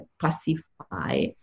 pacify